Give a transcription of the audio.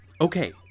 Okay